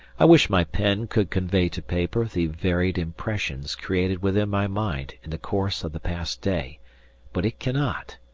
i wish my pen could convey to paper the varied impressions created within my mind in the course of the past day but it cannot.